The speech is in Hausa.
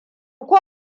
ko